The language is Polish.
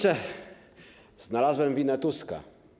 Znalazłem winę Tuska.